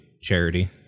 charity